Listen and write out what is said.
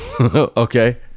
Okay